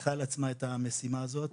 שלקחה על עצמה את המשימה הזאת,